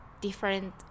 different